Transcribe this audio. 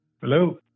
Hello